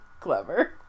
clever